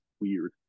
weird